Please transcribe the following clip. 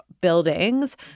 buildings